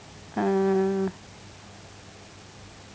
ah